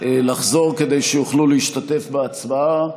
לחזור כדי שיוכלו להשתתף בהצעה.